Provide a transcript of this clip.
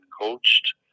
coached